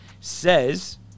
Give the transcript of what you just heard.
says